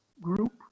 group